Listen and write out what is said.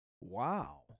Wow